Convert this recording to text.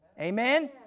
Amen